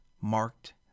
marked